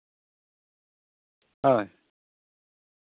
ᱦᱳᱭ